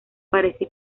parece